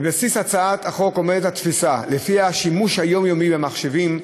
בבסיס הצעת החוק עומדת התפיסה שלפיה השימוש היומיומי במחשבים,